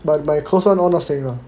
but my close [one] all not staying [one]